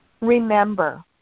Remember